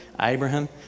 Abraham